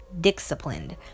Disciplined